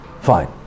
Fine